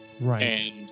Right